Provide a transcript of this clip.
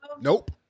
Nope